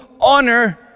honor